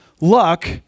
luck